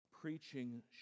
Preaching